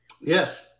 Yes